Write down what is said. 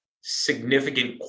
significant